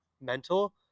mental